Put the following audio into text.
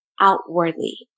Outwardly